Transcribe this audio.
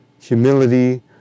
Humility